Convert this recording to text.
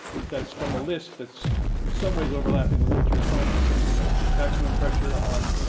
that's from a list that's in some ways overlapping with what your opponent said you know, maximum pressure on